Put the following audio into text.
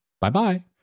bye-bye